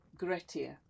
Gretia